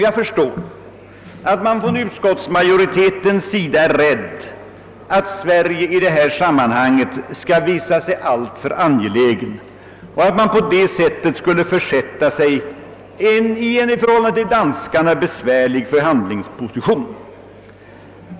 Jag vet att utskottsmajoriteten är rädd för att Sverige i detta sammanhang skall visa sig alltför angeläget och därmed försätta sig i en i förhållande till danskarna besvärlig förhandlingsposition.